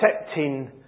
accepting